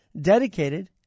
dedicated